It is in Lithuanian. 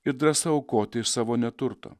ir drąsa aukoti iš savo neturto